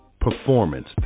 performance